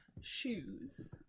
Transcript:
shoes